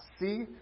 See